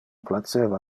placeva